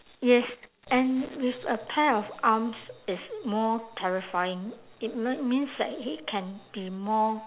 yes and with a pair of arms is more terrifying it m~ means that he can be more